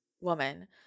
woman